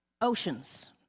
oceans